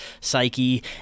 psyche